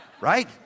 Right